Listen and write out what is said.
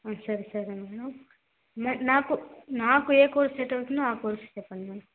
సరే సరే మేడం నాకు నాకు ఏ కోర్స్ సెట్ అవుతుందో ఆ కోర్స్ చెప్పండి